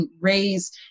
raise